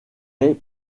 est